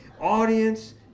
Audience